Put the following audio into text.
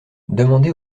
demandez